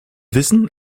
wissen